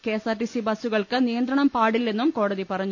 K S R T C ബസ്സുകൾക്ക് നിയ ന്ത്രണം പാടില്ലെന്നും കോടതി പറഞ്ഞു